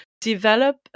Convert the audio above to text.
Develop